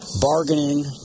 bargaining